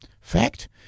fact